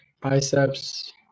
biceps